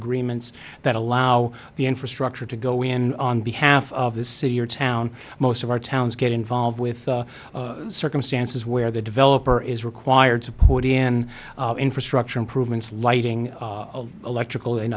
agreements that allow the infrastructure to go in on behalf of the city or town most of our towns get involved with the circumstances where the developer is required to put in infrastructure improvements lighting electrical